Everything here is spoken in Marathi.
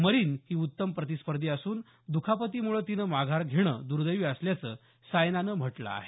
मरिन ही उत्तम प्रतिस्पर्धी असून दखापतीमुळे तिनं माघार घेणं दर्देवी असल्याचं सायनानं म्हटलं आहे